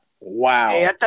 Wow